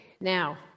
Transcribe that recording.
Now